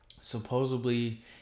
Supposedly